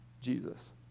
Jesus